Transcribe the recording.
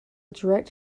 direct